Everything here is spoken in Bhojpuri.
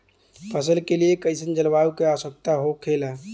फसल के लिए कईसन जलवायु का आवश्यकता हो खेला?